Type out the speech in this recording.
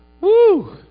Woo